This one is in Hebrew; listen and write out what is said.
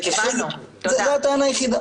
זו הטענה היחידה.